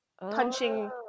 punching